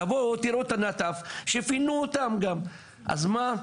תבואו תראו את נטף שפינו אותם גם, אז מה?